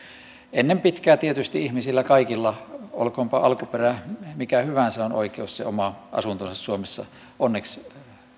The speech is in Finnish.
ennen pitkää tietysti ihmisillä kaikilla olkoonpa alkuperä mikä hyvänsä on oikeus se oma asuntonsa suomessa onneksi